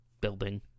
building